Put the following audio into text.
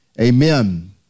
Amen